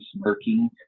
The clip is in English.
smirking